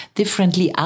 differently